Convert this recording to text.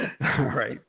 right